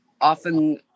often